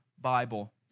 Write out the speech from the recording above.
Bible